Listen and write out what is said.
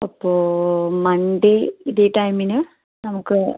അപ്പോൾ മൺഡേ ഇതേ ടൈമിന് നമുക്ക്